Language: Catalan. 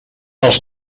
els